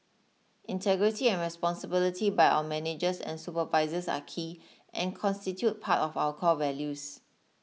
integrity and responsibility by our managers and supervisors are key and constitute part of our core values